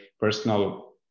personal